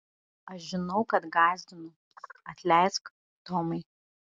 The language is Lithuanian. aš žinau kad gąsdinu atleisk tomai